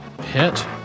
Hit